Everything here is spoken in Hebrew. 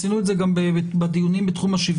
עשינו את זה גם בדיונים בתחום השוויון.